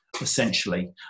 essentially